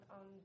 on